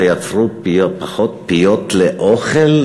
תייצרו פחות פיות לאוכל,